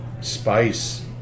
spice